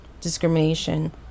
discrimination